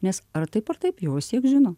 nes ar taip ar taip jau visiek žino